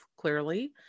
clearly